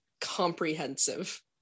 comprehensive